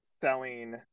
selling